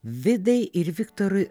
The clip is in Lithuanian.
vidai ir viktorui